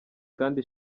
kandi